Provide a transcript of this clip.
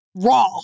raw